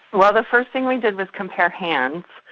well, the first thing we did was compare hands,